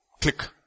Click